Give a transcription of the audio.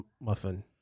muffin